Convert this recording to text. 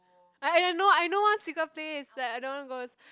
I I know I know one secret place that either one goes